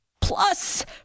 plus